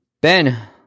Ben